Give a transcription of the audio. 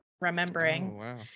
remembering